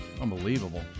unbelievable